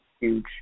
huge